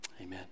Amen